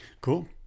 Cool